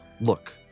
look